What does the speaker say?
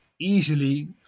easily